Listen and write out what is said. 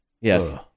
Yes